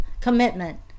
commitment